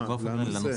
באופן כללי, לנושא.